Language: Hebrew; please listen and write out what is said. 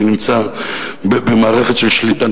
שנמצא במערכת של שליטה,